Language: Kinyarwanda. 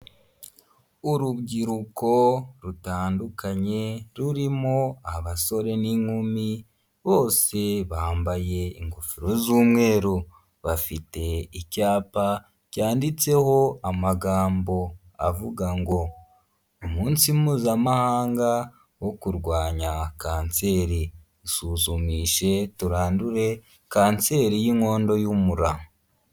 Urubyiruko rutandukanye, rurimo abasore n'inkumi, bose bambaye ingofero z'umweru, bafite icyapa cyanditseho amagambo avuga ngo; umunsi mpuzamahanga wo kurwanya kanseri usuzumishe, turandure kanseri y'inkondo y'umura.